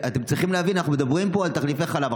אתם צריכים להבין, אנחנו מדברים פה על תחליפי חלב.